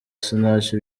sinach